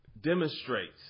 demonstrates